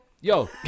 Yo